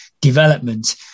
development